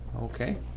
Okay